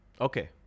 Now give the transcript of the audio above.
Okay